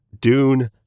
Dune